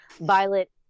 Violet